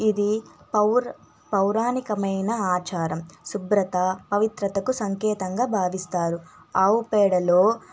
ఇది పౌర్ పౌరాణకమైన ఆచారం శుభ్రత పవిత్రతకు సంకేతంగా భావిస్తారు ఆవు పేడలో